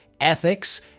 ethics